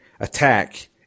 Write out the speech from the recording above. attack